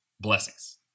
blessings